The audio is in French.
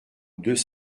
deux